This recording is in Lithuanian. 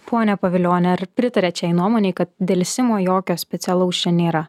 pone pavilioni ar pritariat šiai nuomonei kad delsimo jokio specialaus čia nėra